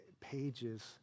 pages